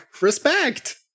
Respect